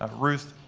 um ruth,